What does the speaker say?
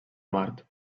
mart